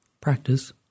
Practice